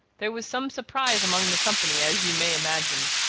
there was some surprise among the company, as you may imagine.